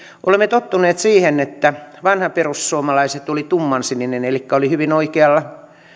olemme tottuneet siihen että vanha perussuomalaiset oli tummansininen elikkä oli hyvin oikealla